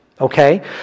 Okay